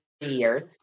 years